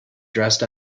dressed